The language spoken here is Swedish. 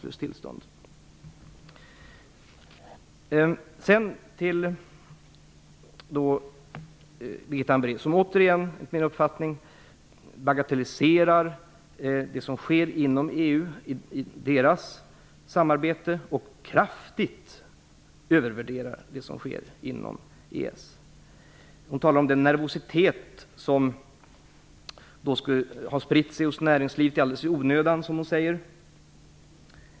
Birgitta Hambraeus bagatelliserar enligt min uppfattning återigen det samarbete som sker inom EU och övervärderar kraftigt det som sker inom EES. Hon talar om den nervositet som skulle ha spritt sig alldeles i onödan hos näringslivet.